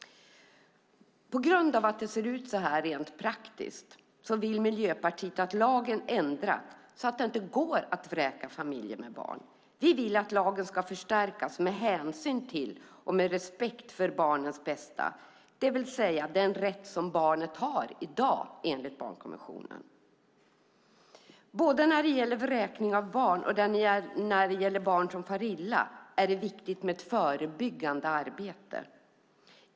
På grund av att det ser ut så här rent praktiskt vill Miljöpartiet att lagen ändras så att det inte går att vräka familjer med barn. Vi vill att lagen ska förstärkas med hänsyn till och med respekt för barnens bästa, det vill säga den rätt som barn i dag har enligt barnkonventionen. Både när det gäller vräkning av barn och barn som far illa är det viktigt med ett förebyggande arbete.